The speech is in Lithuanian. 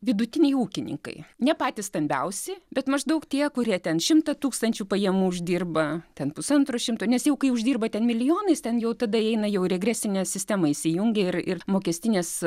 vidutiniai ūkininkai ne patys stambiausi bet maždaug tie kurie ten šimtą tūkstančių pajamų uždirba ten pusantro šimto nes jau kai uždirba ten milijonais ten jau tada eina jau regresinė sistema įsijungia ir ir mokestinės